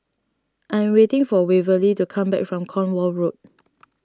I'm waiting for Waverly to come back from Cornwall Road